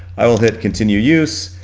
i will hit continue use,